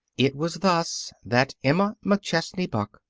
it was thus that emma mcchesney buck,